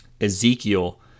Ezekiel